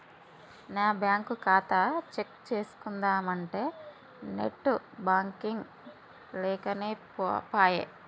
నా బ్యేంకు ఖాతా చెక్ చేస్కుందామంటే నెట్ బాంకింగ్ లేకనేపాయె